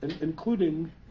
including